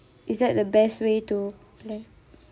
is that the best way to plan